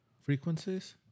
Frequencies